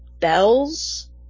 bells